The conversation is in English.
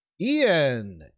Ian